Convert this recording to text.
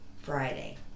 Friday